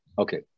Okay